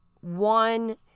one